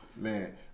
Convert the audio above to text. Man